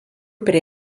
prie